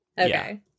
Okay